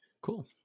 Cool